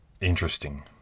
interesting